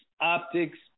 optics